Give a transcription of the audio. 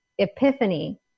epiphany